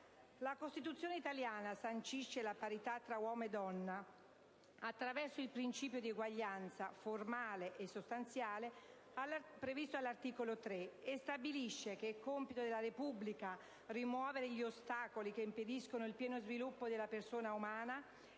La Costituzione italiana sancisce la parità tra uomo e donna attraverso il principio di eguaglianza, formale e sostanziale, previsto all'articolo 3, e stabilisce che «è compito della Repubblica rimuovere gli ostacoli che (...) impediscono il pieno sviluppo della persona umana